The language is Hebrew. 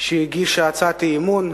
שהגישה הצעת אי-אמון.